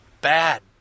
bad